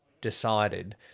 decided